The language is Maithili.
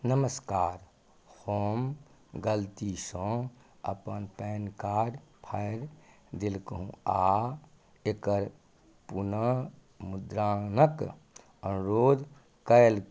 नमस्कार हम गलतीसँ अपन पैन कार्ड फाड़ि देलहुँ आ एकर पुनः मुद्रणक अनुरोध कयल